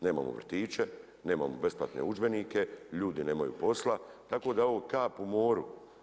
Nemamo vrtiće, nemamo besplatne udžbenike, ljudi nemaju posla, tako da je ovo kap u moru.